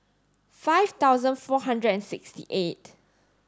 five thousand four hundred and sixty eight